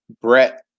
Brett